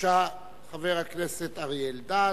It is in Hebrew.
חבר הכנסת אריה אלדד,